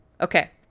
okay